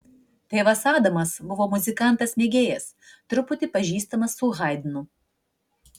tėvas adamas buvo muzikantas mėgėjas truputį pažįstamas su haidnu